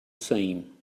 same